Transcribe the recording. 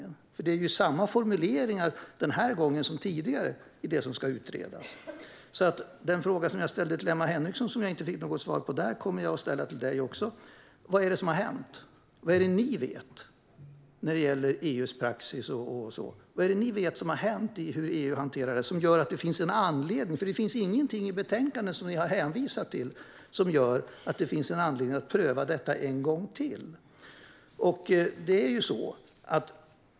Det är ju samma formuleringar denna gång som tidigare i det som ska utredas. Den fråga jag ställde till Emma Henriksson och inte fick något svar på ställer jag till dig också, Sten Bergheden. Vad är det ni vet som har hänt i hur EU hanterar detta som gör att det finns en anledning att utreda? Det finns inget i betänkandet som ni kan hänvisa till som ger anledning att pröva detta en gång till.